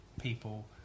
people